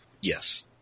Yes